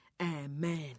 Amen